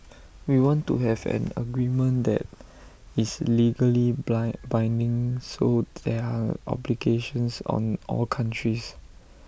we want to have an agreement that is legally blind binding so there are obligations on all countries